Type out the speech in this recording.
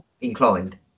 inclined